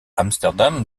amsterdam